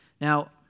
now